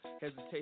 hesitation